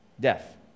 death